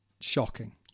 shocking